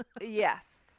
yes